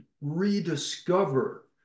rediscover